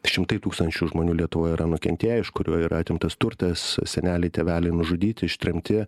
šimtai tūkstančių žmonių lietuvoj yra nukentėję iš kurių yra atimtas turtas seneliai tėveliai nužudyti ištremti